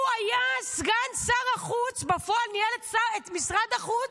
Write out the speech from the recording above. הוא היה סגן שר החוץ, בפועל ניהל את משרד החוץ,